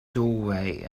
doorway